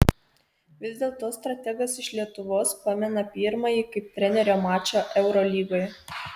vis dėlto strategas iš lietuvos pamena pirmąjį kaip trenerio mačą eurolygoje